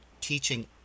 teaching